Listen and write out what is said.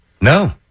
No